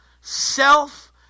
self